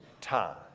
time